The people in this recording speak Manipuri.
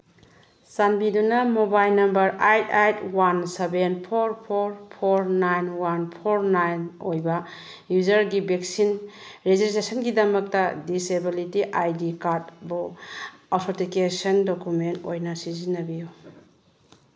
ꯆꯟꯕꯤꯗꯨꯅ mobile number eight eight one seven four four four nine one four nine ꯑꯣꯏꯕ ꯌꯨꯖꯔꯒꯤ ꯚꯦꯛꯁꯤꯟ ꯔꯤꯖꯤꯁꯇ꯭ꯔꯦꯁꯟꯒꯤꯗꯃꯛ ꯗꯤꯁꯦꯑꯦꯕꯤꯂꯤꯇꯤ ꯑꯥꯏ ꯗꯤ ꯀꯥꯔꯗ ꯕꯨ ꯑꯊꯦꯟꯇꯤꯀꯦꯁꯟ ꯗꯣꯀꯨꯃꯦꯟ ꯑꯣꯏꯅ ꯁꯤꯖꯤꯟꯅꯕꯤꯌꯨ